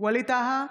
ווליד טאהא,